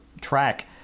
track